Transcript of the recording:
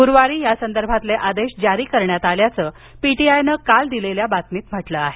गुरूवारी या संदर्भातले आदेश जारी करण्यात आल्याचं पीटीआयनं काल दिलेल्या बातमीत म्हटलं आहे